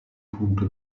punto